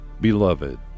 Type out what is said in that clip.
Beloved